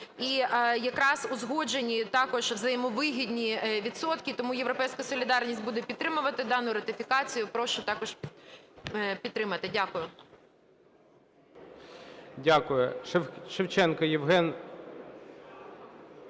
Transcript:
і якраз узгоджені також взаємовигідні відсотки. Тому "Європейська солідарність" буде підтримувати дану ратифікацію. Прошу також підтримати. Дякую.